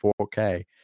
4K